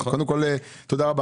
קודם כול, תודה רבה.